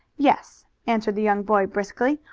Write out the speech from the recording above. yes, answered the young boy briskly.